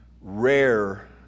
rare